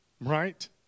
Right